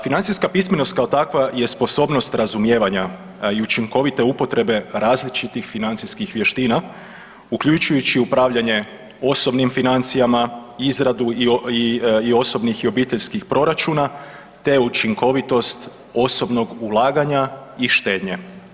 Financijska pismenost kao takva je sposobnost razumijevanja i učinkovite upotrebe različitih financijskih vještina, uključujući upravljanje osobnim financijama, izradu i osobnih i obiteljskih proračuna te učinkovitost osobnog ulaganja i štednje.